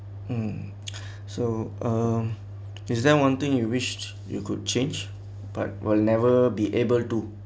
mm so um is there one thing you wished you could change but we'll never be able to